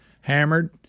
hammered